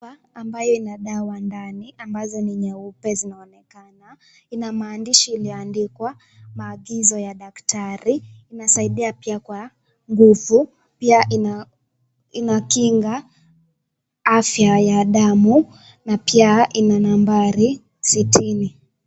Chupa ambaye ina dawa ndani ambazo ni nyeupe zinaonekana. Ina maandishi iliyoandikwa maagizo ya daktari. Inasaidia pia kwa nguvu, pia inakinga afya ya damu na pia ina nambari sitini.